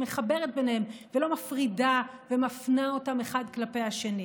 שמחברת ביניהם ולא מפרידה ומפנה אותם אחד כלפי השני,